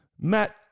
Matt